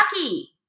lucky